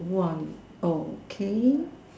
one okay